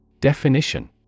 Definition